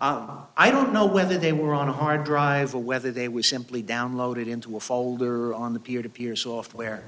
computer i don't know whether they were on a hard drive a whether they were simply downloaded into a folder on the peer to peer software